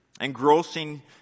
Engrossing